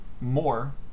more